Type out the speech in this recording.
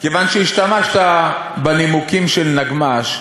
כיוון שהשתמשת בנימוקים של נגמ"ש,